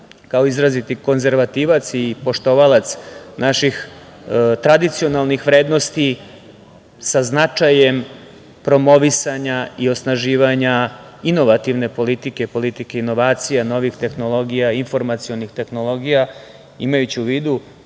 kao izraziti konzervativac i poštovalac naših tradicionalnih vrednosti sa značajem promovisanja i osnaživanja inovativne politike, politike inovacija novih tehnologija, informacionih tehnologija, imajući u vidu